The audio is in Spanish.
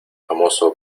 famoso